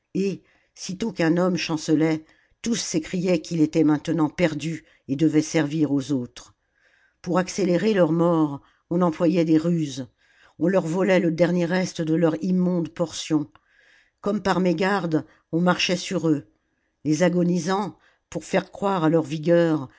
sitôt qu'un homme chancelait tous s'écriaient qu'il était maintenant perdu et devait servir aux autres pour accélérer leur mort on employait des ruses on leur volait le dernier reste de leur immonde portion comme par mégarde on marchait sur eux les agonisants pour faire croire à leur vigueur